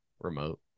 remote